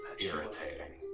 irritating